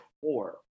four